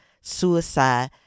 Suicide